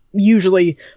usually